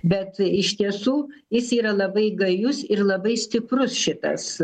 bet iš tiesų jis yra labai gajus ir labai stiprus šitas